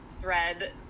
thread